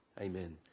Amen